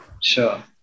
sure